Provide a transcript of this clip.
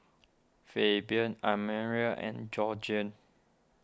Fabian Admiral and Georgene